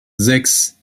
sechs